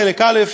חלק א'".